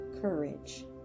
courage